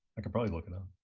i can probably look now.